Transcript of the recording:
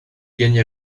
gagna